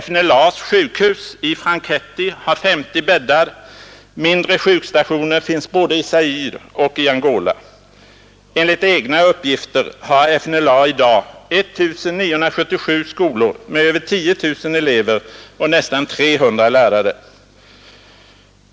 FNLA:s sjukhus i Franquetti har 50 bäddar och mindre sjukstationer finns både i Zaire och i Angola. Enligt egna uppgifter har FNLA i dag 1977 skolor med över 10 000 elever och nästan 300 lärare.